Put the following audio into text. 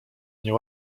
nie